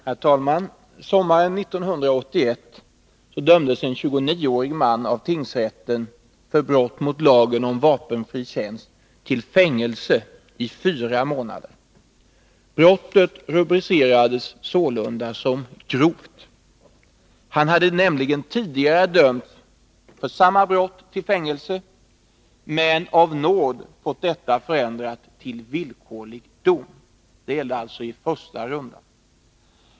Herr talman! Sommaren 1981 dömdes en 29-årig man av tingsrätten för brott mot lagen om vapenfri tjänst till fängelse i fyra månader. Brottet rubricerades sålunda som grovt. Han hade tidigare dömts för samma brott till fängelse men av nåd fått detta förändrat till villkorlig dom.